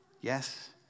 Yes